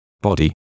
body